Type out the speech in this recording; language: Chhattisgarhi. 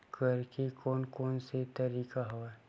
करे के कोन कोन से तरीका हवय?